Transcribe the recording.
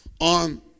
on